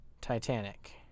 Titanic